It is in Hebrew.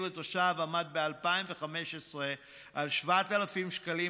לתושב עמדו ב-2015 על 7,000 שקלים,